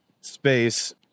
space